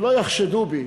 שלא יחשדו בי,